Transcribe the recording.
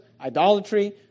idolatry